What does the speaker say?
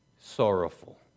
sorrowful